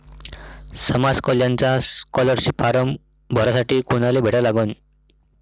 समाज कल्याणचा scholarship form भरासाठी कुनाले भेटा लागन?